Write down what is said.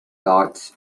dots